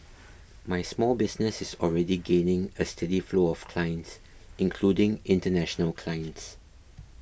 my small business is already gaining a steady flow of clients including international clients